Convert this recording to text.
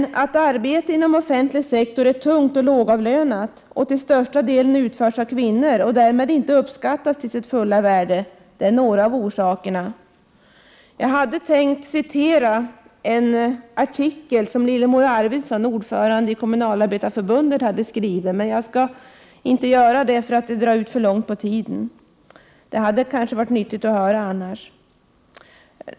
Att arbetet inom den offentliga sektorn är tungt och lågavlönat, att det till största delen utförs av kvinnor och därmed inte uppskattas till sitt fulla värde är några av skälen. Jag hade tänkt citera en artikel som Lillemor Arvidsson, ordförande i Kommunalarbetareförbundet, har skrivit. Men jag skall inte göra det, för det drar ut för långt på tiden. Det hade kanske annars varit nyttigt att höra den artikeln.